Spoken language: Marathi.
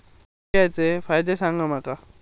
यू.पी.आय चे फायदे सांगा माका?